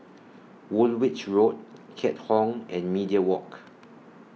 Woolwich Road Keat Hong and Media Walk